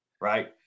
right